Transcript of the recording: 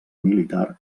militar